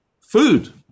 food